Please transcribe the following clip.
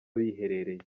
biherereye